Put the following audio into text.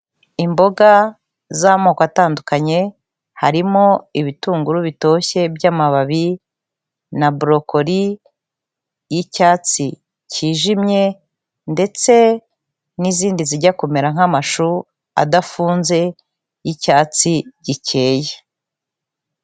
Imboga z'amoko atandukanye harimo ibitunguru bitoshye by'amababi na brocoli y'icyatsi kijimye, ndetse n'izindi zijya kumera nk'amashu adafunze y'icyatsi gikeya.